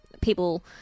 people